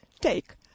take